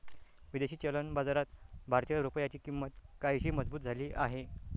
विदेशी चलन बाजारात भारतीय रुपयाची किंमत काहीशी मजबूत झाली आहे